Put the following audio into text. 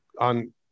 on